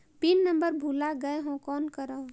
Pin number भुला गयें हो कौन करव?